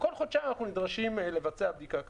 ובכל חודשיים אנחנו נדרשים לבצע בדיקה כזאת.